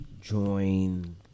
join